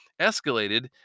escalated